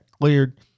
cleared